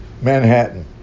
Manhattan